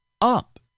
up